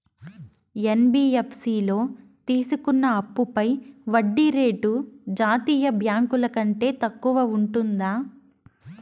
NBFC లో తీసుకున్న అప్పుపై వడ్డీ రేటు జాతీయ బ్యాంకు ల కంటే తక్కువ ఉంటుందా?